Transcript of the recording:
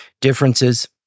differences